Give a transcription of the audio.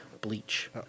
bleach